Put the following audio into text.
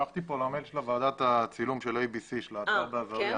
שלחתי לוועדה את הצילום של האתר בעזריה